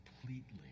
completely